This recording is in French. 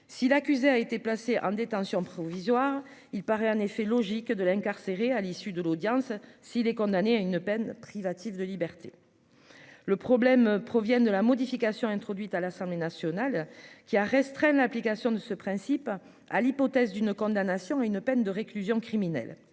si l'accusé a été placé en détention provisoire, il paraît en effet logique de l'incarcérer à l'issue de l'audience, s'il est condamné à une peine privative de liberté le problème provient de la modification introduite à l'Assemblée nationale qui a restreint l'application de ce principe à l'hypothèse d'une condamnation à une peine de réclusion criminelle,